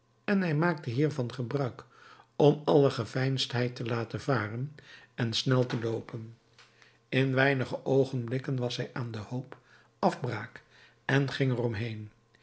en hij maakte hiervan gebruik om alle geveinsdheid te laten varen en snel te loopen in weinige oogenblikken was hij aan den hoop afbraak en ging er omheen